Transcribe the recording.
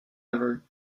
ever